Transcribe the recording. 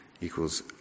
equals